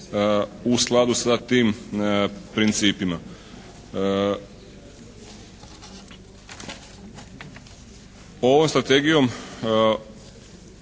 u skladu sa tim principima. Ovom strategijom